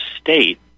state